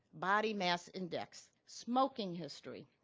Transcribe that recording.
body mass index, smoking history,